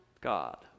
God